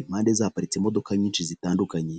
impande ze haparitse imodoka nyinshi zitandukanye.